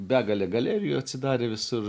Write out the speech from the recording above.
begalė galerijų atsidarė visur